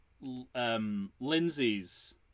Lindsay's